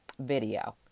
video